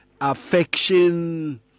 affection